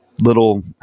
little